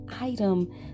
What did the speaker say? item